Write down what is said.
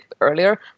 earlier